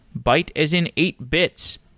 byte as in eight bits.